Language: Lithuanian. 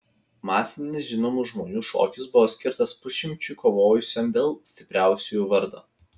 masinis žinomų žmonių šokis buvo skirtas pusšimčiui kovojusiam dėl stipriausiųjų vardo